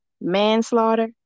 manslaughter